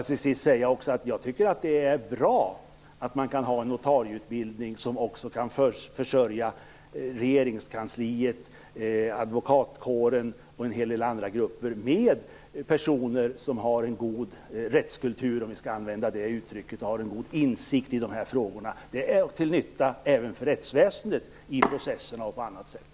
Till sist vill jag säga att jag tycker att det är bra med en notarieutbildning som också kan försörja Regeringskansliet, advokatkåren och en hel del andra grupper med personer som har en god rättskultur, om vi skall använda det uttrycket, och en god insikt i dessa frågor. Det är till nytta även för rättsväsendet i processen och på annat sätt.